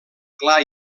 clar